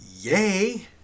Yay